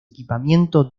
equipamiento